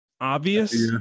obvious